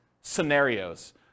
scenarios